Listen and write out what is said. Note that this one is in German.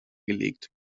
gelegt